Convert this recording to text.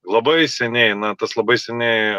labai seniai na tas labai seniai